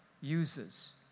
uses